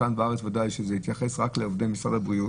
ודאי שבארץ הוא התייחס רק לעובדי משרד הבריאות